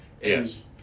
Yes